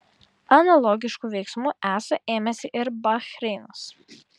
analogiškų veiksmų esą ėmėsi ir bahreinas